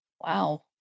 Wow